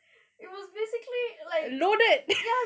it was basically like